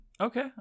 okay